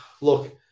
look